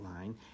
line